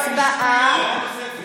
דעה נוספת.